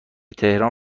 تهران